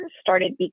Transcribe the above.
started